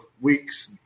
weeks